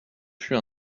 fut